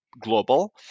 global